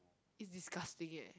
is disgusting eh